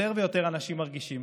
יותר ויותר אנשים מרגישים